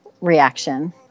reaction